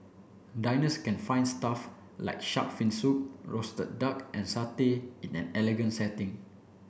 diners can find stuff like shark fin soup roasted duck and satay in an elegant setting